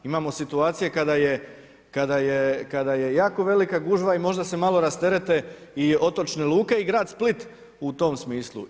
Imamo situacije kada je jako velika gužva i možda se malo rasterete i otočne luke i grad Split u tom smislu.